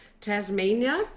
Tasmania